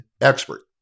expert